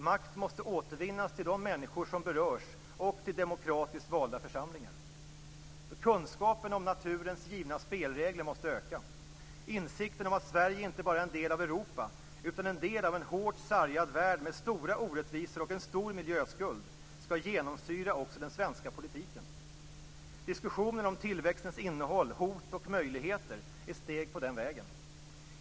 Makt måste återvinnas till de människor som berörs och till demokratiskt valda församlingar. Kunskapen om naturens givna spelregler måste öka. Insikten om att Sverige inte bara är en del av Europa utan också en del av en hårt sargad värld med stora orättvisor och en stor miljöskuld skall genomsyra också den svenska politiken. Diskussionen om tillväxtens innehåll, hot och möjligheter är steg på den vägen.